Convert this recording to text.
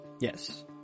Yes